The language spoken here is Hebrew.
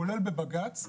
כולל בבג"צ,